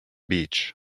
beach